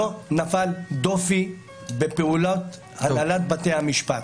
לא נפל דופי בפעולות הנהלת בתי המשפט.